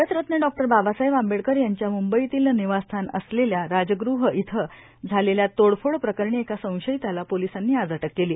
Bharat Ratna doctor Babasaheb Ambedkar यांच्या मुंबईतल्या निवासस्थान राजगृहात झालेल्या तोडफोड प्रकरणी एका संशयिताला पोलिसांनी आज अटक केली